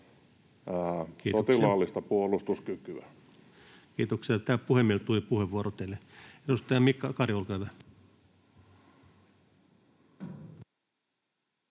sotilaallista puolustuskykyä. Kiitoksia. Täältä puhemieheltä tuli puheenvuoro teille. — Edustaja Mika Kari, olkaa hyvä.